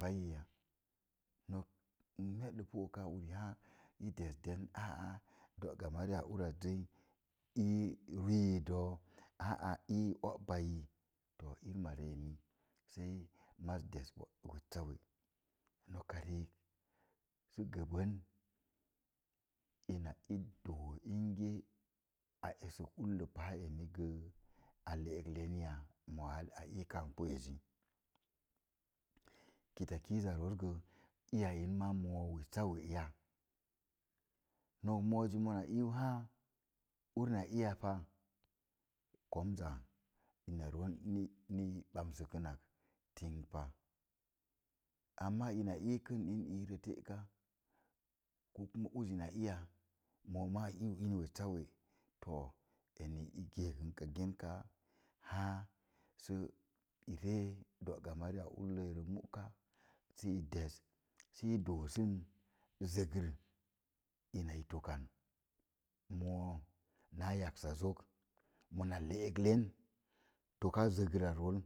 Paiyi ya, nok n me'ɗə pu oka uri haa i desden aa do'ga mariya urazəi, ii ruiyi doo, aa ii o'baiyi, to irəm a ri'eni sai maz des des weccawe. Noka riik sə gəbən ina i doo inge a esək ullə paa eni gə a le'eklenya, mo a kankpu ku ezi kitakiiz a rooz gə iya in ma moo weccawe ya, no moozi mona iu haa, ur na iyapa, komzá, ina roon i ni i bamsəkənak tinkpa. Ammaa ina iikən in indo te'ka ko uzi na iya, mooma a iu in weccawe, too i geekən kagen kaa, haa si iree do'ga mariya ulləirə mu'ka si i des si i doosun zəgər, ina i tokaŋ. Moo naa yaksa zok mona le'ek len toka zəgəra rol,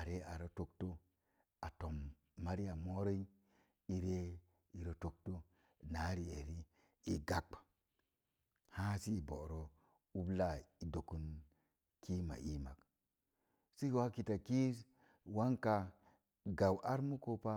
are are tokto, atom mariya morəi iree ire tokto, naa ri'eri, i gabk haa si i bo'rə udaa i dokən kiima iimmak. Si waa kitakiiz wanka gam ar mukə pa.